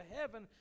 heaven